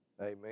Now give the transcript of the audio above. Amen